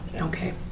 Okay